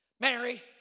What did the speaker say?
Mary